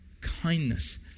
Kindness